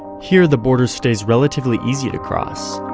here the borders stays relatively easy to cross.